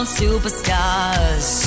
superstars